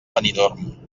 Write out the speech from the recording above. benidorm